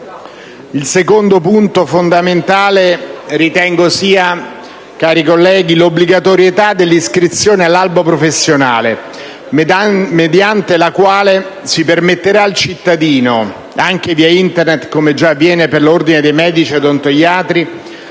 Il secondo punto fondamentale ritengo sia, cari colleghi, l'obbligatorietà dell'iscrizione all'albo professionale, mediante la quale si permetterà al cittadino (anche via Internet, come già avviene per l'ordine dei medici e odontoiatri)